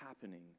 happening